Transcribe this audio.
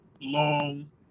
long